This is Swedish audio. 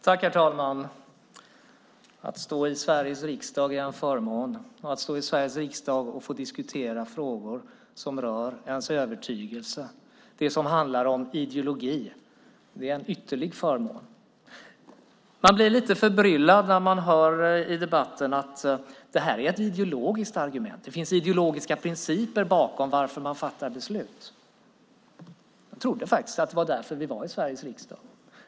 Herr talman! Att stå i Sveriges riksdag är en förmån. Att stå i Sveriges riksdag och få diskutera frågor som rör ens övertygelse, det som handlar om ideologi, är en ytterlig förmån. Man blir lite förbryllad när man i debatten hör: Det här är ett ideologiskt argument. Det finns principer bakom varför man fattar beslut. Jag trodde faktiskt att det var därför vi var i Sveriges riksdag.